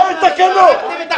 לא יוצא מפה.